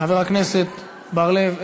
חבר הכנסת בר-לב,